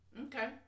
Okay